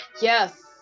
Yes